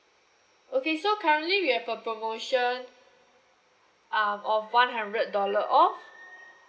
okay so currently we have a promotion um of one hundred dollar off